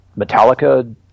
Metallica